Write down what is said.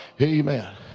Amen